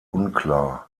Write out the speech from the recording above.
unklar